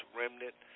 remnant